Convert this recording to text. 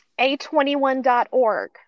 A21.org